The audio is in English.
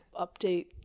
update